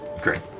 great